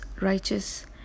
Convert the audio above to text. righteous